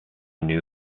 new